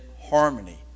harmony